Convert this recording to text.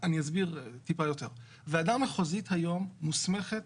אני אסביר: ועדה מחוזית היום מוסמכת